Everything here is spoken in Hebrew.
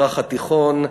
במזרח התיכון,